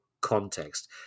context